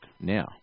now